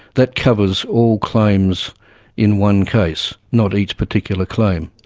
that covers all claims in one case, not each particular claim.